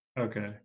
Okay